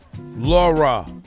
Laura